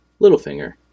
Littlefinger